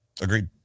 Agreed